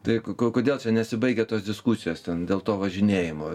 tai ko kodėl čia nesibaigia tos diskusijos ten dėl to važinėjimo